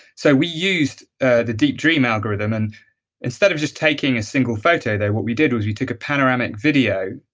so we used ah the deep dream algorithm and instead of just taking a single photo there what we did was we took a panoramic video